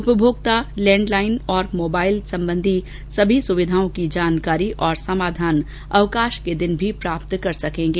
उपभोक्ता लैण्डलाइन तथा मोबाइल की सभी सुविधाओं संबंधी जानकारी और समाधान अवकाश के दिन भी प्राप्त कर सकेंगे